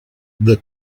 the